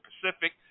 Pacific